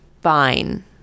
fine